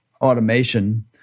automation